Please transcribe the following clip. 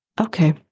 Okay